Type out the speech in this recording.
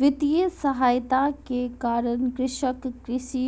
वित्तीय सहायता के कारण कृषक कृषि